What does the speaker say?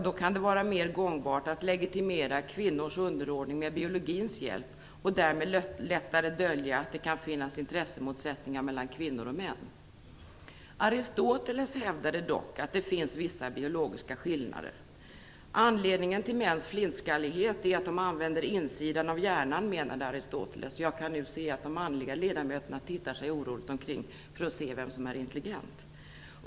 Då kan det vara mer gångbart att legitimera kvinnors underordning med biologins hjälp, och därmed lättare dölja att det kan finnas intressemotsättningar mellan kvinnor och män. Aristoteles hävdade dock att det fanns vissa biologiska skillnader. Anledningen till mäns flintskallighet är att de använder insidan av huvudet, menade Aristoteles. Jag ser att de manliga ledamöterna tittar sig oroligt omkring för att se vem som är intelligent.